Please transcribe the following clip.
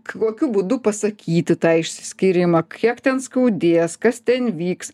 kokiu būdu pasakyti tą išsiskyrimą kiek ten skaudės kas ten vyks